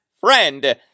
friend